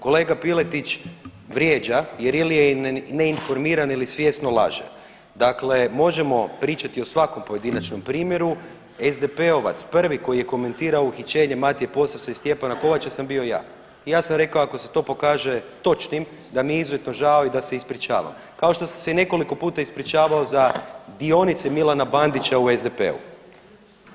Kolega Piletić vrijeđa jer ili je ne informiran ili svjesno laže, dakle možemo pričati o svakom pojedinačnom primjeru SDP-ovac prvi koji je komentirao uhićenje Matije Posavca i Stjepana Kovača sam bio ja i ja sam rekao ako se to pokaže točnim da mi je izuzetno žao da se ispričavam, kao što sam se i nekoliko puta ispričavao za dionice Milana Bandića u SDP-u.